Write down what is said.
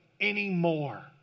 anymore